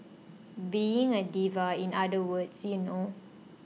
being a diva in other words you know